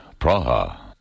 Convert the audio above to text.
Praha